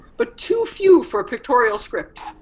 but too few for pictorial script.